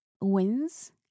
wins